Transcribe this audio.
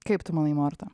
kaip tu manai morta